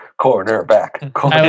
cornerback